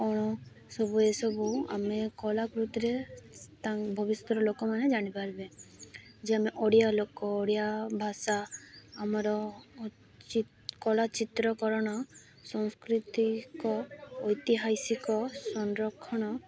ଆଉ ସବୁ ଏସବୁ ଆମେ କଳାକୃତିରେ ତା' ଭବିଷ୍ୟତର ଲୋକମାନେ ଜାଣିପାରିବେ ଯେ ଆମେ ଓଡ଼ିଆ ଲୋକ ଓଡ଼ିଆ ଭାଷା ଆମର କଳାଚିତ୍ରକରଣ ସଂସ୍କୃତିକ ଐତିହାସିକ ସଂରକ୍ଷଣ